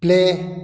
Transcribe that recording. play